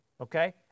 okay